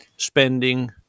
spending